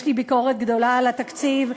יש לי ביקורת גדולה על התקציב,